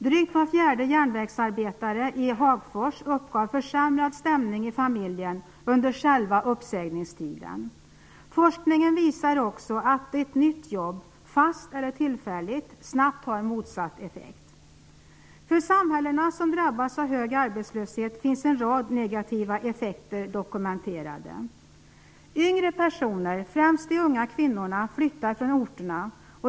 Drygt var fjärde järnvägsarbetare i Hagfors uppgav försämrad stämning i familjen under själva uppsägningstiden. Forskningen visar också att ett nytt jobb, fast eller tillfälligt, snabbt har motsatt effekt. För de samhällen som drabbas av hög arbetslöshet finns en rad negativa effekter dokumenterade. Yngre personer, främst de unga kvinnorna, flyttar från orterna.